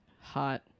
hot